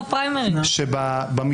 אני וחבריי עם אלי אבידר וגבי ועם